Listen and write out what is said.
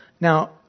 Now